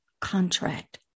contract